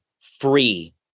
free